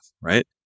right